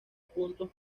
puntos